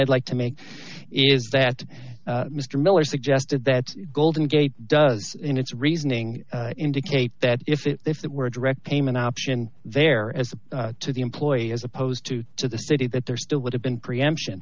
i'd like to make is that mr miller suggested that golden gate does in its reasoning indicate that if it if that were a direct payment option there as to the employee as opposed to the city that there still would have been preemption